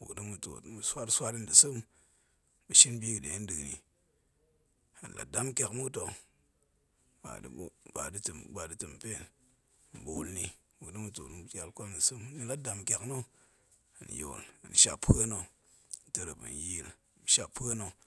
buk da̱ ma̱ tuot tona mua swar-swari nda̱ sem ma̱ shin bi ga̱ den nda̱a̱n ni hen la̱ dam tiak muk ta̱ ba da̱ tempen hen bol ni ni la̱ dam tiakna̱ he yol shap pue na̱ terep ma̱ yil shap pue na̱